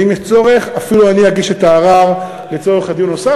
ואם יש צורך אפילו אני אגיש את הערר לצורך הדיון הנוסף.